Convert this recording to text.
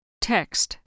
Text